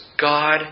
God